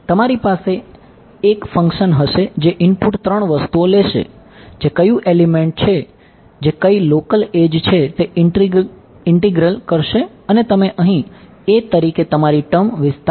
તમારી પાસે એક ફંક્શન વિસ્તારશો